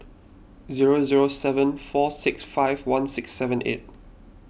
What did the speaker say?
zero zero seven four six five one six seven eight